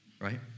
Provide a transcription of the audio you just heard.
right